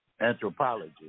anthropology